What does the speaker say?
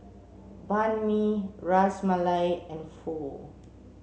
Banh Mi Ras Malai and Pho